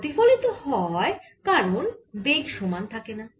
প্রতিফলন হয় কারণ বেগ সমান থাকেনা